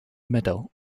medal